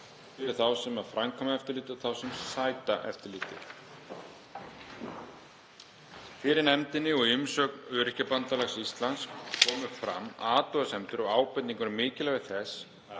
fyrir þá sem framkvæma eftirlitið og þá sem sæta eftirliti. Fyrir nefndinni og í umsögn Öryrkjabandalags Íslands komu fram athugasemdir og ábendingar um mikilvægi þess